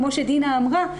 כמו שדינה אמרה,